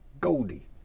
goldie